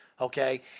Okay